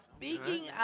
Speaking